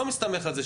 אני לא מסתמך על זה,